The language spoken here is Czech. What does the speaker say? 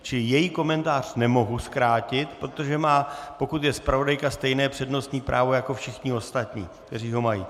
Čili její komentář nemohu zkrátit, protože pokud je zpravodajka, má stejné přednostní právo jako všichni ostatní, kteří ho mají.